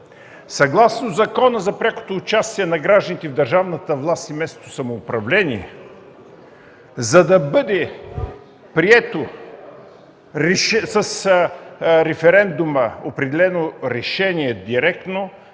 Съгласно Закона за прякото участие на гражданите в държавната власт и местното самоуправление, за да бъде приет референдумът с определено решение директно,